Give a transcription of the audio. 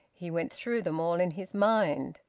he went through them all in his mind.